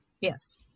yes